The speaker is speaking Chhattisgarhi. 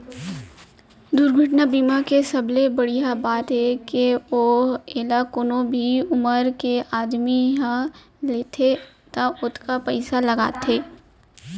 दुरघटना बीमा के सबले बड़िहा बात ए हे के एला कोनो भी उमर के आदमी ह लेथे त ओतकेच पइसा लागथे